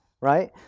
right